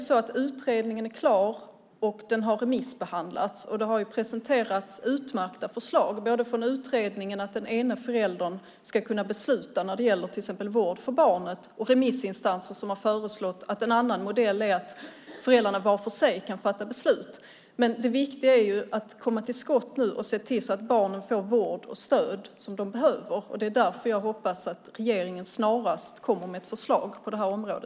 Utredningen är klar och har remissbehandlats, och det har presenterats utmärkta förslag både från utredningen, som föreslagit att den ena föräldern ska kunna besluta när det gäller till exempel vård för barnet, och remissinstanser, som föreslagit en annan modell, nämligen att föräldrarna kan fatta beslut var för sig. Det viktiga är dock att nu komma till skott och se till att barnen får den vård och det stöd de behöver, och det är därför jag hoppas att regeringen snarast kommer med ett förslag på detta område.